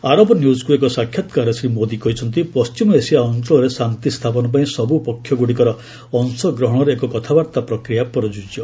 ଆରବ ନ୍ୟୁଜ୍କୁ ଏକ ସାକ୍ଷାତକାରରେ ଶ୍ରୀ ମୋଦୀ କହିଛନ୍ତି ପଣ୍ଟିମ ଏସିଆ ଅଞ୍ଚଳରେ ଶାନ୍ତି ସ୍ଥାପନ ପାଇଁ ସବୁ ପକ୍ଷଗୁଡ଼ିକର ଅଂଶଗ୍ରହଣରେ ଏକ କଥାବାର୍ତ୍ତା ପ୍ରକ୍ରିୟା ପ୍ରଯୁଜ୍ୟ